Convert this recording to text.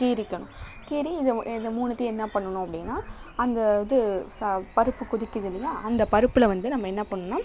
கீறிக்கணும் கீறி இதை இந்த மூணுத்தையும் என்ன பண்ணணும் அப்படின்னா அந்த இது சா பருப்பு கொதிக்குதில்லையா அந்த பருப்பில் வந்து நம்ப என்ன பண்ணுன்னா